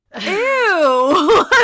ew